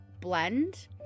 blend